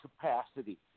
capacity